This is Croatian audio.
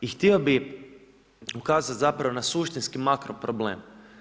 I htio bi ukazati zapravo na suštinski makro problem.